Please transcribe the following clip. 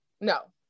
No